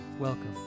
Welcome